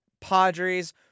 Padres